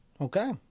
Okay